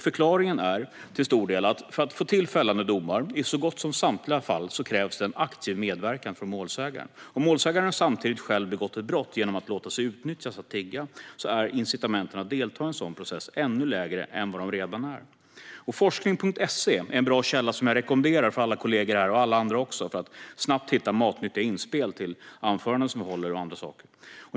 Förklaringen är till stor del att det, för att få till fällande domar, i så gott som samtliga fall krävs en aktiv medverkan från målsäganden. Om målsäganden samtidigt själv har begått ett brott genom att låta sig utnyttjas för att tigga blir incitamenten att delta i en sådan process ännu mindre än vad de redan är. Forskning.se är en bra källa för att snabbt hitta matnyttiga inspel till anföranden som jag ska hålla och andra saker. Jag rekommenderar den för alla kollegor och alla andra också.